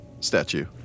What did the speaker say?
statue